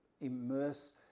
immerse